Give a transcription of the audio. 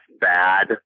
bad